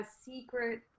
secret